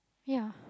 ya